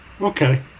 okay